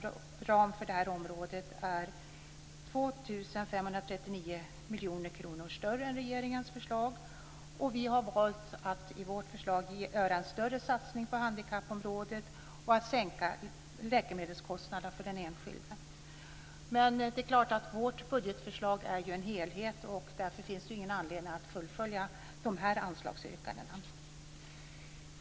2 539 miljoner kronor mer än regeringens förslag. Vi har valt att i vårt förslag göra en större satsning på handikappområdet och att sänka läkemedelskostnaderna för den enskilde. Men vårt budgetförslag är en helhet. Därför finns det ingen anledning att fullfölja de här anslagsyrkandena.